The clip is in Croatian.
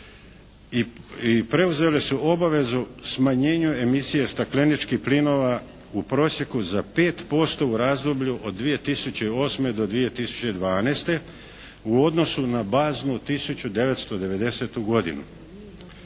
i preuzele su obavezu smanjenja emisije stakleničkih plinova u prosjeku za 5% u razdoblju od 2008. do 2012. u odnosu na baznu 1990. godinu.